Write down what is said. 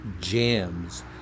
Jams